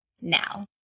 Now